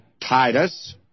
Titus